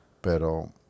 Pero